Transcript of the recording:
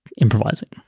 improvising